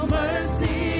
mercy